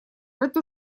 эту